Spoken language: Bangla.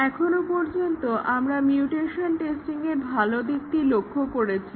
এখনো পর্যন্ত আমরা মিউটেশন টেস্টিংয়ের ভালো দিকটি লক্ষ্য করেছি